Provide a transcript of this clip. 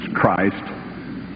Christ